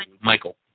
Michael